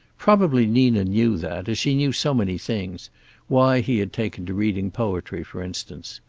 probably nina knew that, as she knew so many things why he had taken to reading poetry, for instance.